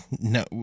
No